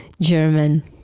German